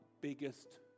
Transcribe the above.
biggest